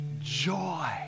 joy